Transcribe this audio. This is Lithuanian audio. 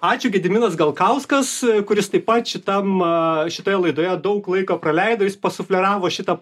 ačiū gediminas galkauskas kuris taip pat šitam šitoje laidoje daug laiko praleido jis pasufleravo šitą